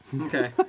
Okay